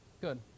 good